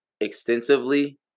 extensively